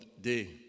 day